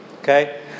Okay